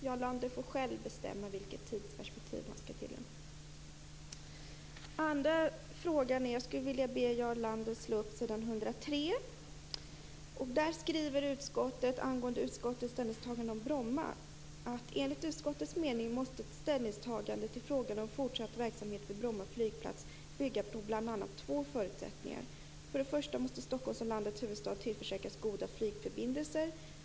Jarl Lander får själv bestämma vilket tidsperspektiv som skall tillämpas. Beträffande den andra frågan skulle jag vilja be Jarl Lander att slå upp s. 103 i betänkandet där utskottet angående sitt ställningstagande i frågan om "Enligt utskottets mening måste ett ställningstagande till frågan om fortsatt verksamhet vid Bromma flygplats bygga på bl.a. två förutsättningar. För det första måste Stockholm som landets huvudstad tillförsäkras goda flygförbindelser.